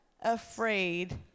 afraid